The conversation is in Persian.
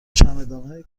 چمدانهای